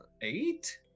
eight